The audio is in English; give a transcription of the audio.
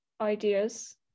ideas